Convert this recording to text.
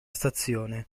stazione